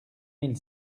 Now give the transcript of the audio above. mille